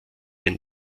ein